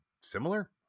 similar